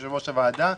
יושב-ראש הוועדה,